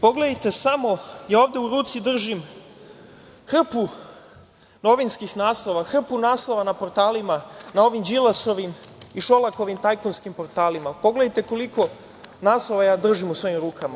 Pogledajte samo, ovde u ruci držim hrpu novinskih naslova, hrpu naslova na portalima, na ovim Đilasovima i Šolakovim tajkunskim portalima, pogledajte koliko naslova držim u svojim rukama.